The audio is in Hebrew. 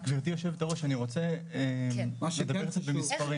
גברתי יושבת הראש, אני רוצה לדבר קצת במספרים.